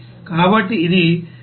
కాబట్టి ఇది 384